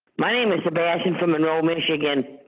my name is sebastian from and um michigan